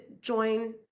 join